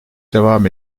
devam